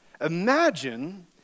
Imagine